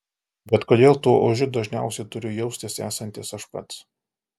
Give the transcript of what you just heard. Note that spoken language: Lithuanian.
bet kodėl tuo ožiu dažniausiai turiu jaustis esantis aš pats